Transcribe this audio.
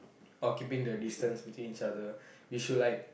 or keeping the distance between each other you should like